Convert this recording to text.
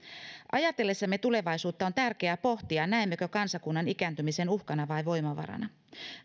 ajatellessamme tulevaisuutta on tärkeää pohtia näemmekö kansakunnan ikääntymisen uhkana vai voimavarana